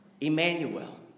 Emmanuel